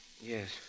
Yes